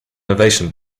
innovation